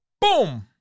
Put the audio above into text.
Boom